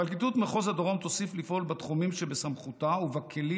פרקליטות מחוז הדרום תוסיף לפעול בתחומים שבסמכותה ובכלים